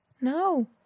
No